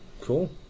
Cool